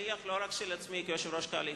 אני שליח לא רק של עצמי כיושב-ראש הקואליציה,